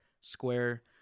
square